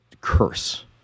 curse